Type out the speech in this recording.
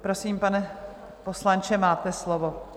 Prosím, pane poslanče, máte slovo.